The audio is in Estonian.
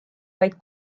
vaid